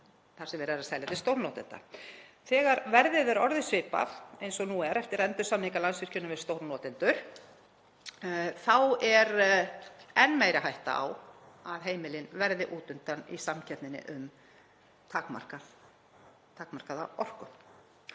Þegar verðið er orðið svipað eins og nú er eftir endursamningu Landsvirkjunar við stórnotendur þá er enn meiri hætta á að heimilin verði út undan í samkeppninni um takmarkaða orku.